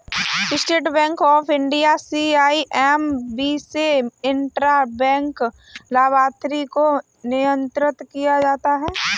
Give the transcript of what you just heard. state Bank of India CIMB से intra bank लाभार्थी को नियंत्रण किया जाता है